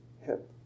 hip